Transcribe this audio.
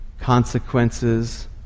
consequences